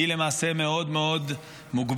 היא למעשה מאוד מאוד מוגבלת,